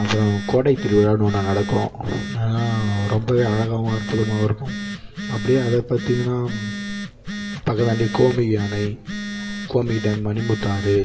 அப்புறம் கோடைத்திருவிழானு ஒன்று நடக்கும் நான் ரொம்பவே அழகாகவும் அற்புதமாவும் இருக்கும் அப்படியே அதைப் பார்த்திங்கனா பகலான்டி கோமிய அணை கோமி டேம் மணிமுத்தாறு